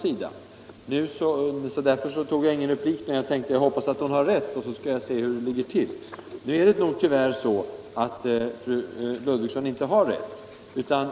Jag begärde inte replik, för jag hoppades att hon hade rätt, men ville undersöka hur det låg till. Tyvärr hade fru Ludvigsson inte rätt.